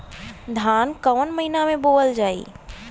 धान कवन महिना में बोवल जाई?